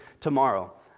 tomorrow